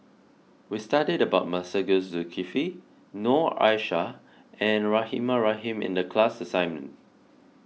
we studied about Masagos Zulkifli Noor Aishah and Rahimah Rahim in the class assignment